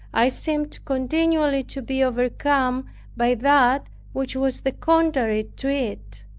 i seemed continually to be overcome by that which was the contrary to it.